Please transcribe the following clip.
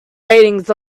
ratings